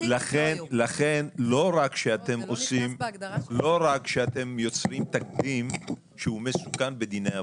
לכן לא רק שאתם יוצרים תקדים שהוא מסוכן בדיני עבודה.